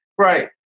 Right